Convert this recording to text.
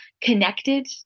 connected